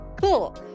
Cool